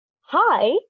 Hi